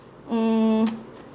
mm